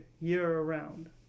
year-round